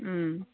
उम